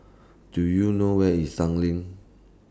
Do YOU know Where IS Tanglin